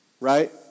Right